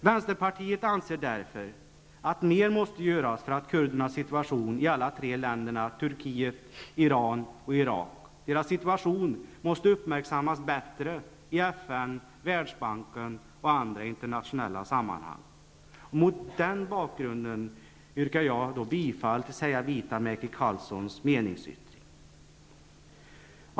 Vänsterpartiet anser därför att mer måste göras för att kurdernas situation i alla tre länder -- Turkiet, Iran och Irak -- uppmärksammas bättre i FN, Världsbanken och andra internationella sammanhang. Mot den bakgrunden yrkar jag bifall till Seija Herr talman!